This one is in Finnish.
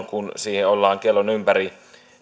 kun siihen ollaan kellon ympäri